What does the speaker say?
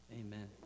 amen